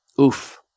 Oof